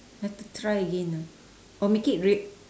have to try again lah or make it re~